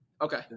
Okay